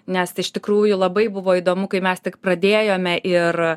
nes iš tikrųjų labai buvo įdomu kai mes tik pradėjome ir